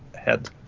head